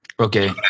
Okay